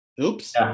Oops